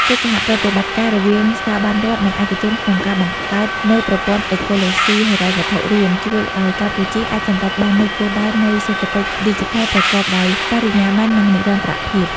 កិច្ចសហប្រតិបត្តិការរវាងស្ថាប័នរដ្ឋ និងឯកជនក្នុងការបង្កើតនូវប្រព័ន្ធអេកូឡូស៊ីហិរញ្ញវត្ថុរួម ជួយឱ្យកម្ពុជាអាចសម្រេចបាននូវគោលដៅនៃសេដ្ឋកិច្ចឌីជីថលប្រកបដោយបរិយាបន្ន និងនិរន្តរភាព។